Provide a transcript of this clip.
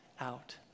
out